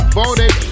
voted